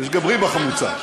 יש גם ריבה חמוצה.